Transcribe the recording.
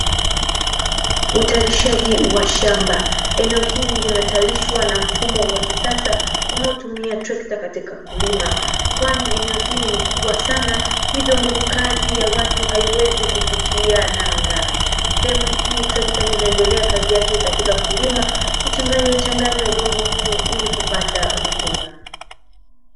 Utayarishaji wa shamba eneo hili linatayarishwa na mfumo wa kisasa unaotumia trekta katika kulima, kwani eneo hili ni kubwa sana hivyo nguvu kazi ya watu haiwezi kufikia nanga sehemu hii trekta linaendelea kazi yake katika kulima kuchanganya changanya udongo huu ili kupata rutuba.